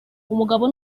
umugabo